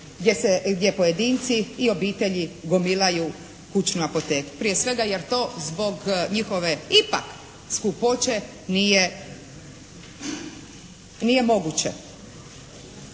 gdje pojedinci i obitelji gomilaju kućnu apoteku. Prije svega jer to zbog njihove ipak skupoće nije moguće.